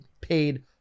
paid